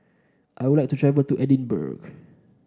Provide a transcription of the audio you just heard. I would like to travel to Edinburgh